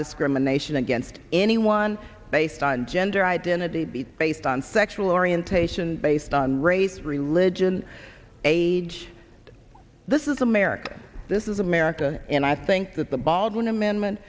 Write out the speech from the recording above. discrimination against anyone based on gender identity based on sexual orientation based on race religion age this is america this is america and i think that the baldwin amendment